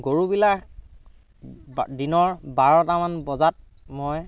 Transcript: গৰুবিলাক বা দিনৰ বাৰটামান বজাত মই